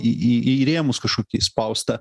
į į į rėmus kažkokį įspaustą